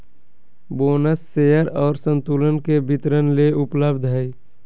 bonus share और संतुलन के वितरण ले उपलब्ध हइ